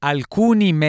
Alcuni